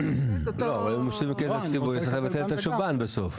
לא, אבל אם רוצים כסף צריך לבטל את השב"ן בסוף.